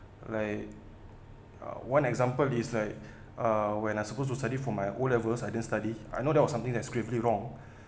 like uh one example is like uh when I supposed to study for my O levels I didn't study I know there was something that gravely wrong